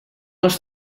els